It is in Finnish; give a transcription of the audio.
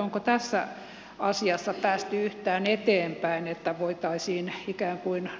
onko tässä asiassa päästy yhtään eteenpäin että voitaisiin ikään kuin